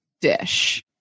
dish